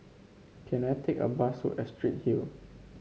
can I take a bus to Astrid Hill